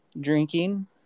drinking